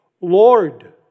Lord